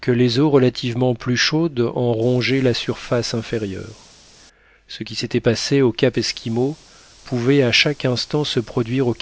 que les eaux relativement plus chaudes en rongeaient la surface inférieure ce qui s'était passé au cap esquimau pouvait à chaque instant se produire au